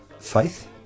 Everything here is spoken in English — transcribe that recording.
faith